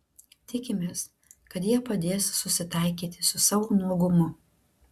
tikimės kad jie padės susitaikyti su savo nuogumu